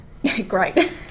Great